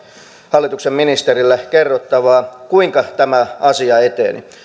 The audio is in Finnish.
hallituksen ministerillä kerrottavaa siitä kuinka tämä asia eteni